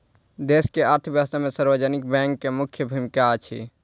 देश के अर्थव्यवस्था में सार्वजनिक बैंक के मुख्य भूमिका अछि